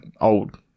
old